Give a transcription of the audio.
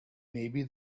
maybe